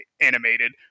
animated